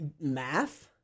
Math